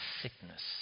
sickness